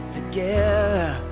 together